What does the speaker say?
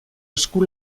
esku